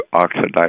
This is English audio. oxidize